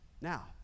Now